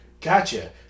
Gotcha